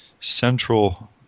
central